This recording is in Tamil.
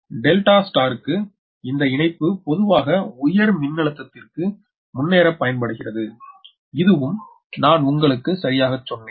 டெல்டா ஸ்டாருக்கு இந்த இணைப்பு பொதுவாக உயர் மின்னழுத்தத்திற்கு முன்னேறப் பயன்படுகிறது இதுவும் நான் உங்களுக்குச் சரியாகச் சொன்னேன்